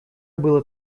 было